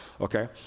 Okay